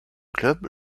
clubs